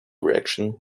direction